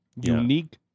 Unique